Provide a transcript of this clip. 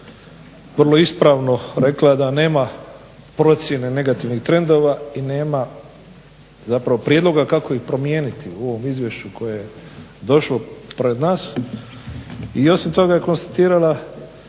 vrlo ispravno rekla da nema procjene negativnih trendova i nema prijedloga kako ih promijeniti u ovom izvješću koje je došlo pred nas i osim toga je konstatirala